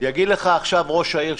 יגיד לך עכשיו ראש העיר,